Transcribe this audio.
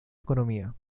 economía